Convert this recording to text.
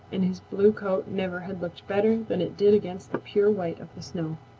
and his blue coat never had looked better than it did against the pure white of the snow.